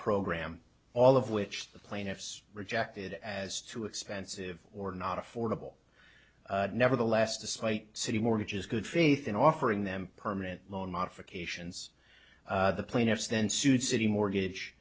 program all of which the plaintiffs rejected as too expensive or not affordable nevertheless despite city mortgages good faith in offering them permanent loan modifications the plaintiffs then sued citi mortgage